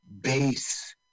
base